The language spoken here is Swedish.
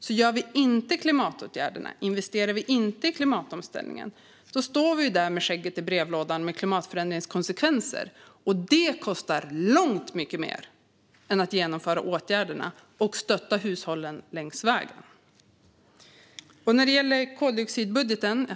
Om vi inte vidtar klimatåtgärderna och om vi inte investerar i klimatomställningen står vi där med skägget i brevlådan med klimatförändringskonsekvenser. Det kostar långt mycket mer än att genomföra åtgärderna och stötta hushållen längs vägen. Det är samma sak med koldioxidbudgeten.